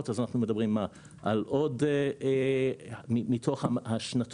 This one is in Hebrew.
אז אנחנו מדברים על עוד מתוך השנתון,